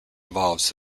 involves